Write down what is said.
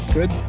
Good